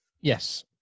Yes